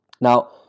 Now